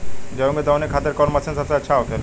गेहु के दऊनी खातिर कौन मशीन सबसे अच्छा होखेला?